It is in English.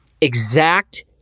Exact